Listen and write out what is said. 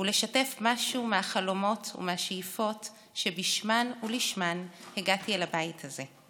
ולשתף משהו מהחלומות ומהשאיפות שבשמן ולשמן הגעתי אל הבית הזה.